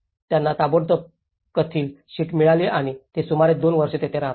त्यांना ताबडतोब कथील शीट्स मिळाली आणि ते सुमारे दोन वर्षे येथे राहतात